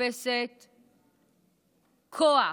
מחפשת כוח,